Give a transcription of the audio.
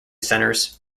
centres